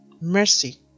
mercy